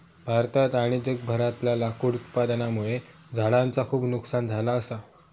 भारतात आणि जगभरातला लाकूड उत्पादनामुळे झाडांचा खूप नुकसान झाला असा